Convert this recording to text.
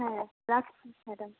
হ্যাঁ রাখছি ম্যাডাম